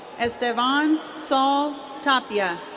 esteban saul tapia.